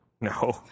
No